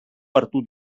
hartu